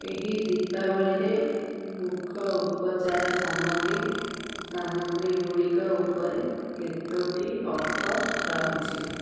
ଏହି ଦୀପାବଳିରେ ମୁଖ ଉପଚାର ସାମଗ୍ରୀ ସାମଗ୍ରୀ ଗୁଡ଼ିକ ଉପରେ କେତୋଟି ଅଫର୍ ରହିଛି